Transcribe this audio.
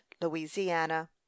Louisiana